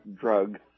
drug